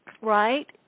Right